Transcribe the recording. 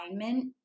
alignment